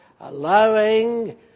allowing